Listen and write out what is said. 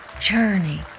Journey